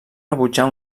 rebutjar